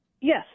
Yes